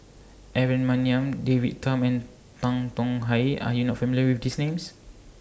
Aaron Maniam David Tham and Tan Tong Hye Are YOU not familiar with These Names